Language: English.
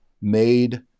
made